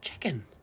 chicken